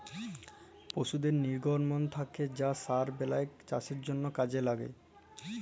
পশুদের লির্গমল থ্যাকে যে সার বেলায় চাষের জ্যনহে কাজে ল্যাগে